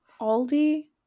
Aldi